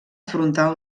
frontal